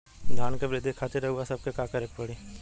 धान क वृद्धि खातिर रउआ सबके का करे के पड़ी?